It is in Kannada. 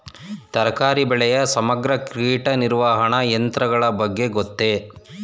ತರಕಾರಿ ಬೆಳೆಯ ಸಮಗ್ರ ಕೀಟ ನಿರ್ವಹಣಾ ತಂತ್ರಗಳ ಬಗ್ಗೆ ಗೊತ್ತೇ?